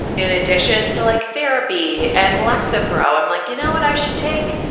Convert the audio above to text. in addition to like therapy and lexapro, i'm like, you know what i should take?